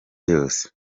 yose